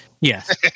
yes